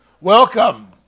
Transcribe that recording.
Welcome